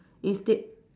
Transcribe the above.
instead